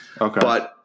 Okay